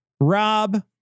Rob